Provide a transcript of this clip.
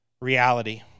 reality